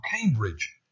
Cambridge